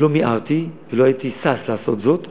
לא מיהרתי ולא הייתי שש לעשות זאת,